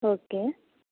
okay